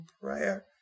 prayer